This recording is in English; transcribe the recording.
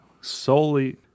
solely